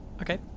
Okay